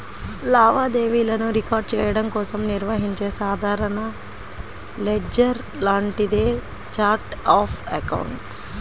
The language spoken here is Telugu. లావాదేవీలను రికార్డ్ చెయ్యడం కోసం నిర్వహించే సాధారణ లెడ్జర్ లాంటిదే ఛార్ట్ ఆఫ్ అకౌంట్స్